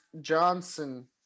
Johnson